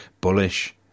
bullish